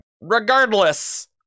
Regardless